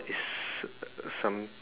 is some